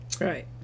Right